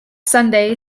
sunday